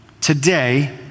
today